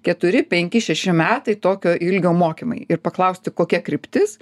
keturi penki šeši metai tokio ilgio mokymai ir paklausti kokia kryptis